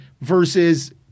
versus